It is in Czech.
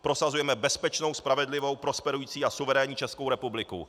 Prosazujeme bezpečnou, spravedlivou, prosperující a suverénní Českou republiku.